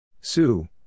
Sue